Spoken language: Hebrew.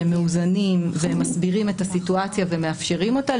שהם מאוזנים והם מסבירים את הסיטואציה והם מאפשרים אותה,